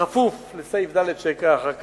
בכפוף לסעיף קטן (ד), שאקרא אחר כך,